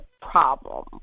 problem